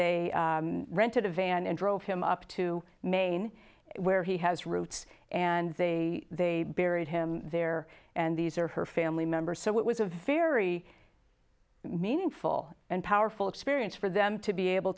they rented a van and drove him up to maine where he has roots and they buried him there and these are her family members so it was a very meaningful and powerful experience for them to be able